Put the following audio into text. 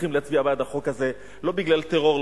צריכים להצביע בעד החוק הזה לא בגלל טרור,